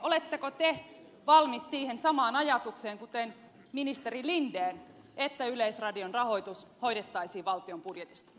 oletteko te valmis siihen samaan ajatukseen kuten ministeri linden että yleisradion rahoitus hoidettaisiin valtion budjetista